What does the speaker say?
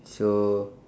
so